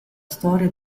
storia